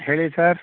ಹೇಳಿ ಸರ್